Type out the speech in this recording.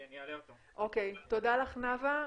תודה נאוה,